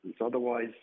Otherwise